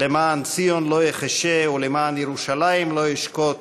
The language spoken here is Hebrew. "למען ציון לא אחשה ולמען ירושלם לא אשקוט,